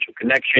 connection